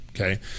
okay